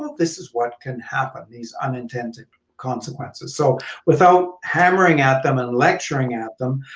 this is what can happen, these unintended consequences. so without hammering at them and lecturing at them,